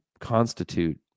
constitute